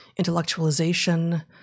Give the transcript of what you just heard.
intellectualization